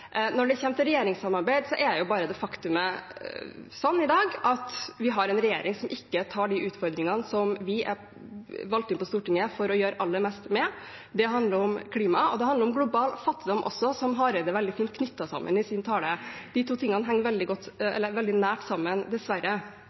Når det kommer til regjeringssamarbeid, er faktumet i dag at vi har en regjering som ikke tar de utfordringene som vi er valgt inn på Stortinget for å gjøre aller mest med. Det handler om klima, og det handler også om global fattigdom, som Hareide veldig fint knyttet sammen i sin tale. De to tingene henger veldig nært sammen, dessverre.